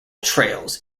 trails